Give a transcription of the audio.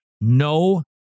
No